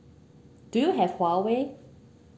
do you have huawei